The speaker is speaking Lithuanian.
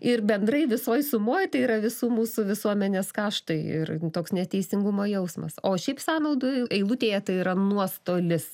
ir bendrai visoj sumoj tai yra visų mūsų visuomenės kaštai ir toks neteisingumo jausmas o šiaip sąnaudų eilutėje tai yra nuostolis